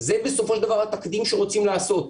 זה בסופו של דבר התקדים שרוצים לעשות.